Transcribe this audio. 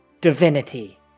divinity